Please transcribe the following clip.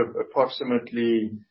approximately